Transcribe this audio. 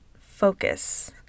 focus